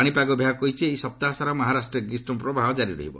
ପାଣିପାଗ ବିଭାଗ କହିଛି ଏହି ସପ୍ତାହସାରା ମହାରାଷ୍ଟ୍ରରେ ଗ୍ରୀଷ୍କପ୍ରବାହ କାରି ରହିବ